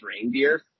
reindeer